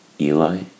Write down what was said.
Eli